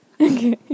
Okay